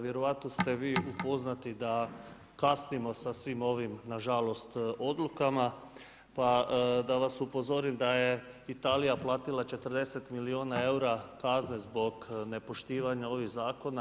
Vjerojatno ste vi upoznati da kasnimo sa svim ovim na žalost odlukama, pa da vas upozorim da je Italija platila 40 milijuna eura kazne zbog nepoštivanja ovih zakona.